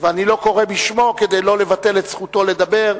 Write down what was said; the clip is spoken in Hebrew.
ואני לא קורא בשמו כדי לא לבטל את זכותו לדבר.